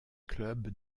club